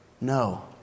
No